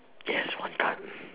yes one card